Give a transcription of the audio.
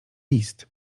list